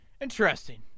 Interesting